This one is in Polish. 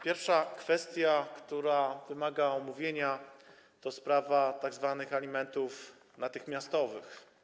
Pierwsza kwestia, która wymaga omówienia, to sprawa tzw. alimentów natychmiastowych.